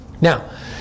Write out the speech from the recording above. Now